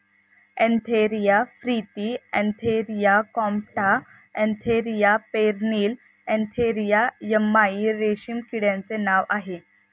Antheraea फ्रिथी अँथेरिया कॉम्प्टा एंथेरिया पेरनिल एंथेरिया यम्माई रेशीम किड्याचे नाव आहे